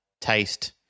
taste